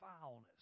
foulness